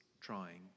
trying